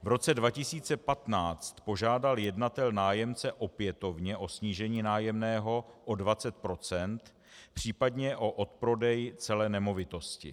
V roce 2015 požádal jednatel nájemce opětovně o snížení nájemného o 20 %, případně o odprodej celé nemovitosti.